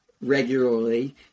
regularly